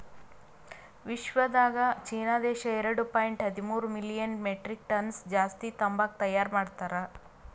ವಿಶ್ವದಾಗ್ ಚೀನಾ ದೇಶ ಎರಡು ಪಾಯಿಂಟ್ ಹದಿಮೂರು ಮಿಲಿಯನ್ ಮೆಟ್ರಿಕ್ ಟನ್ಸ್ ಜಾಸ್ತಿ ತಂಬಾಕು ತೈಯಾರ್ ಮಾಡ್ತಾರ್